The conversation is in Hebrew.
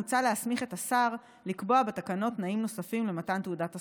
מוצע להסמיך את השר לקבוע בתקנות תנאים נוספים למתן תעודת הסמכה,